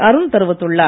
அருண் தெரிவித்துள்ளார்